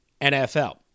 NFL